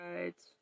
Right